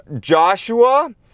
Joshua